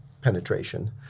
penetration